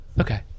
Okay